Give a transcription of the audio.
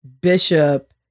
Bishop